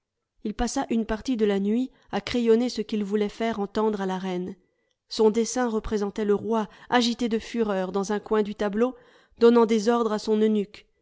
il passa une partie de la nuit à crayonner ce qu'il voulait faire entendre à la reine son dessin représentait le roi agité de fureur dans un coin du tableau donnant des ordres à son eunuque